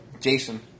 Jason